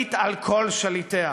השליט על כל שליטיה".